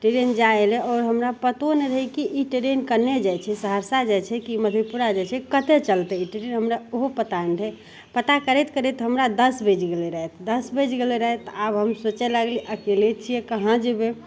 train जा अयलै आओर हमरा पतो नहि रहै कि ई ट्रेन कन्ने जाइ छै सहरसा जाइ छै कि मधेपुरा जाइ छै कतेक चलतै ई ट्रेन हमरा ओहो पता नहि रहै पता करैत करैत हमरा दस बाजि गेलै राति दस बाजि गेलै राति तऽ आब हम सोचै लगलियै अकेले छियै कहाँ जेबै